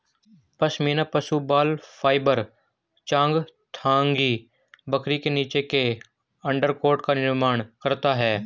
पश्मीना पशु बाल फाइबर चांगथांगी बकरी के नीचे के अंडरकोट का निर्माण करता है